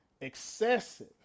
Excessive